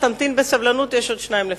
תמתין בסבלנות, יש עוד שניים לפניך.